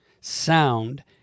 sound